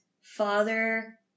father